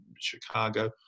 Chicago